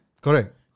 Correct